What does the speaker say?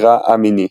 נקרא א-מיני.